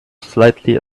slightly